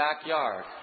backyard